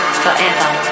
forever